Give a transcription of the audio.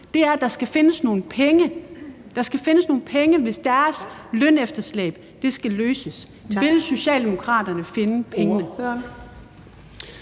penge. Der skal findes nogle penge, hvis udfordringerne med deres lønefterslæb skal løses. Vil Socialdemokraterne finde pengene?